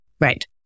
Right